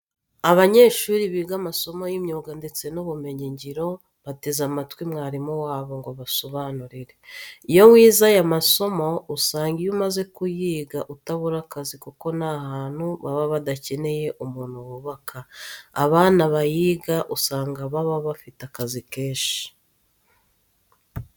Abanyeshuri biga amasomo y'imyuga ndetse n'ubumenyi ngiro bateze amatwi mwarimu wabo ngo abasobanurire. Iyo wize aya masomo usanga iyo umaze kuyiga utabura akazi kuko nta hantu baba badakeneye umuntu wubaka, abana bayiga usanga baba bafite akazi kenshi.